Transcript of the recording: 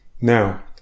Now